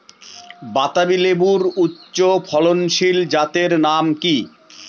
বাতাবি লেবুর উচ্চ ফলনশীল জাতের নাম কি?